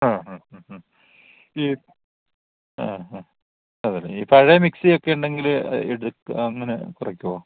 ആ ഹ് ഹ് ഹ് ഈ ആ അതെ ഈ പഴയ മിക്സി ഒക്കെ ഉണ്ടെങ്കിൽ എടുക്കുമോ അങ്ങനെ കുറയ്ക്കുമോ